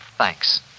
Thanks